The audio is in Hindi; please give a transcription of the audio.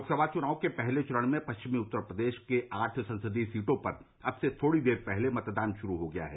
लोकसभा चुनाव के पहले चरण में पश्चिमी उत्तर प्रदेश के आठ संसदीय सीटों पर अब से थोड़ी देर पहले मतदान शुरू हो गया है